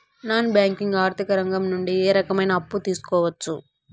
Non బ్యాంకింగ్ ఆర్థిక రంగం నుండి ఏ రకమైన అప్పు తీసుకోవచ్చు?